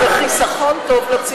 זה חיסכון טוב לציבור.